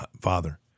Father